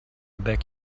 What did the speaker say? beg